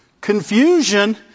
Confusion